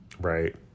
Right